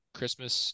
Christmas